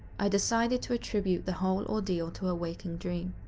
i decided to attribute the whole ordeal to a waking dream.